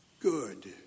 good